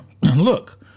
look